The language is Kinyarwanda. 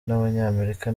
n’abanyamerika